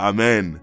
Amen